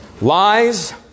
Lies